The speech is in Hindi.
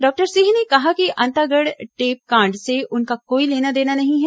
डॉक्टर सिंह ने कहा कि अंतागढ़ टेपकांड से उनका कोई लेना देना नहीं है